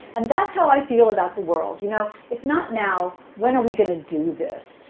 and that's how i feel about the world. you know if not now, when are we going to do this?